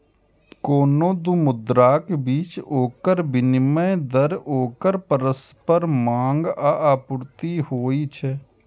कोनो दू मुद्राक बीच ओकर विनिमय दर ओकर परस्पर मांग आ आपूर्ति होइ छै